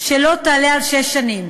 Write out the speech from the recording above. שלא תעלה על שש שנים,